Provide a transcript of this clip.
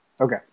okay